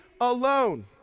alone